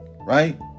right